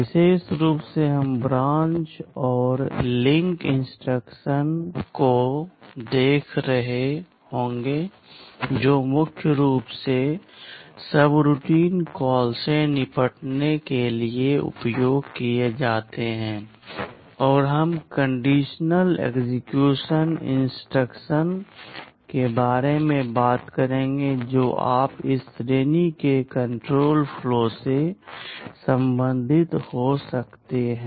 विशेष रूप से हम ब्रांच और लिंक इंस्ट्रक्शन को देख रहे होंगे जो मुख्य रूप से सबरूटीन कॉल से निपटने के लिए उपयोग किए जाते हैं और हम कंडीशनल एक्सेक्यूशन इंस्ट्रक्शन के बारे में बात करेंगे जो आप इस श्रेणी के कण्ट्रोल फ्लो से संबंधित हो सकते हैं